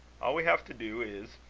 all we have to do is,